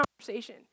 conversation